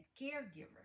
caregiver